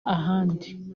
ahandi